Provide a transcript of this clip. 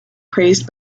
praised